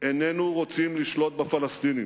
איננו רוצים לשלוט בפלסטינים.